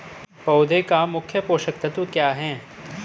पौधे का मुख्य पोषक तत्व क्या हैं?